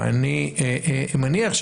ואני מניח,